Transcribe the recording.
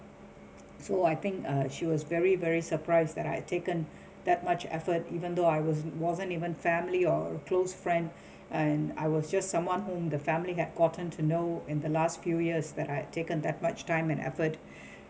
so I think uh she was very very surprised that I taken that much effort even though I was wasn't even family or close friend and I was just someone whom the family had gotten to know in the last few years that I taken that much time and effort